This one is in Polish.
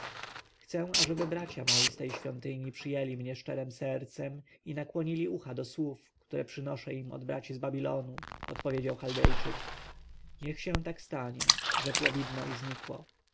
chcę ażeby bracia moi z tej świątyni przyjęli mnie szczerem sercem i nakłonili ucha do słów które przynoszę im od braci z babilonu odpowiedział chaldejczyk niech się tak stanie rzekło widmo i znikło